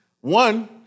one